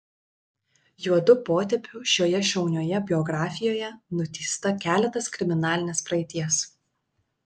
juodu potėpiu šioje šaunioje biografijoje nutįsta keletas kriminalinės praeities